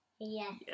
yes